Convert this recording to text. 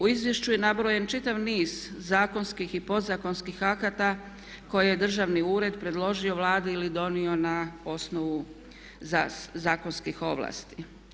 U izvješću je nabrojen čitav niz zakonskih i podzakonskih akata koje je državni ured predložio Vladi ili donio na osnovu zakonskih ovlasti.